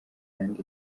kandi